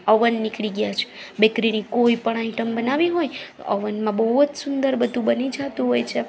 oven નીકળી ગયા છે બેકરીની કોઈપણ આઈટમ બનાવી હોય અવનમાં બોવ જ સુંદર બધુ બની જાતું હોય છે